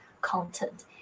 content